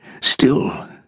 still